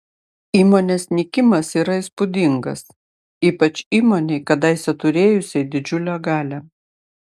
įmonės nykimas yra įspūdingas ypač įmonei kadaise turėjusiai didžiulę galią